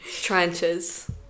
trenches